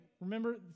remember